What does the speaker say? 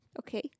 Okay